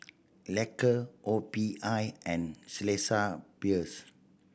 Loacker O P I and Chelsea Peers